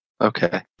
Okay